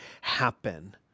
happen